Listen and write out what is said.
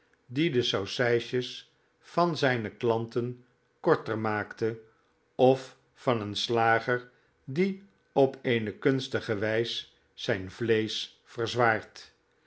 die de saucijsjes van zijne klanten korter maakt of van een slager die op eene kunstige wijs zijn vleesch verzwaart